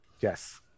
Yes